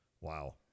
Wow